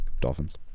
Dolphins